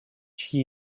чьи